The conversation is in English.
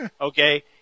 okay